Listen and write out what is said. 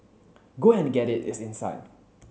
go and get it it's inside